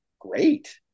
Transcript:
great